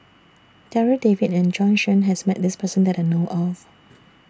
Darryl David and Bjorn Shen has Met This Person that I know of